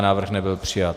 Návrh nebyl přijat.